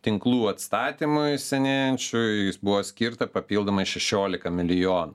tinklų atstatymui senėjančiui jis buvo skirta papildomai šešiolika milijonų